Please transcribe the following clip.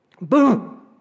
Boom